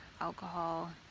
alcohol